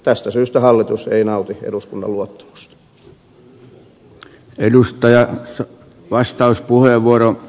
tästä syystä hallitus ei nauti eduskunnan luottamusta